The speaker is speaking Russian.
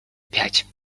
пять